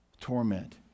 torment